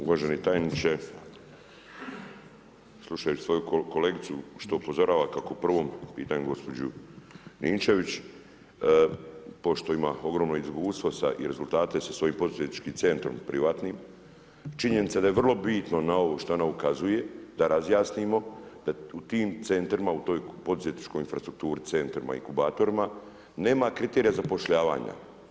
Uvaženi tajniče, slušajući svoju kolegicu što upozorava … gospođu Ninčević, pošto ima ogromno iskustvo i rezultate sa svojim poduzetničkim centrom privatnim, činjenica da je vrlo bitno na ovo što ona ukazuje, da razjasnimo da u tim centrima, u toj poduzetničkoj infrastrukturi, centrima, inkubatorima nema kriterija zapošljavanja.